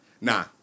Nah